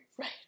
Right